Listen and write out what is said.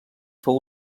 fou